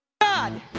God